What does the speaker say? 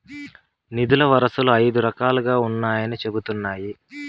నిధుల వనరులు ఐదు రకాలుగా ఉన్నాయని చెబుతున్నారు